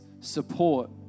support